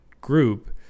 group